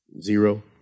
Zero